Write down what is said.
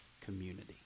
community